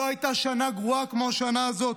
לא הייתה שנה גרועה כמו השנה הזאת.